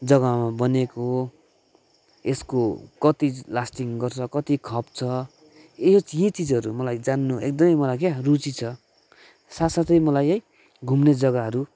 जग्गामा बनेको हो यसको कति लास्टिङ गर्छ कति खप्छ ए यो यी चिजहरू मलाई जान्नु एकदमै मलाई क्या रुचि छ साथ साथै मलाई है घुम्ने जग्गाहरू